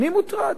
אני מוטרד.